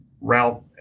route